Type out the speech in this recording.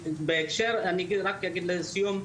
אני רק אגיד לסיום,